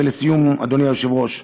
לסיום, אדוני היושב-ראש,